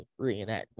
reenactment